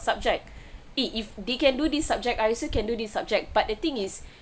subject if they can do this subject I also can do this subject but the thing is